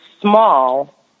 small